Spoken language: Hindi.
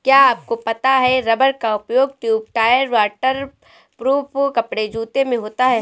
क्या आपको पता है रबर का उपयोग ट्यूब, टायर, वाटर प्रूफ कपड़े, जूते में होता है?